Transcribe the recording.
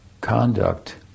conduct